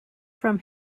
from